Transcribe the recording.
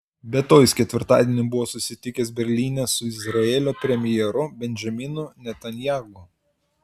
be to jis ketvirtadienį buvo susitikęs berlyne su izraelio premjeru benjaminu netanyahu